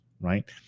right